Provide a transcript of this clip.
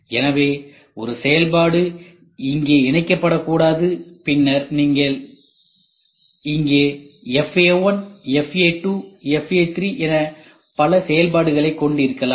எனவே ஒரு செயல்பாடு இங்கே இணைக்கப்படக்கூடாது பின்னர் இங்கே நீங்கள் FA1 FA2 FA3 என பல செயல்பாடுகளைக் கொண்டிருக்கலாம்